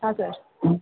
ಹಾಂ ಸರ್